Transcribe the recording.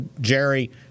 Jerry